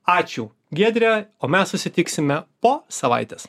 ačiū giedre o mes susitiksime po savaitės